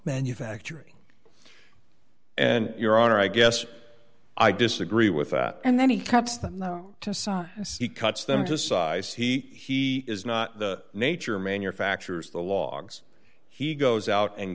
manufacturing and your honor i guess i disagree with that and then he cuts them to sign he cuts them to size he he is not the nature manufactures the logs he goes out and